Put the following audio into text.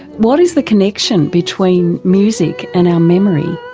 what is the connection between music and our memory?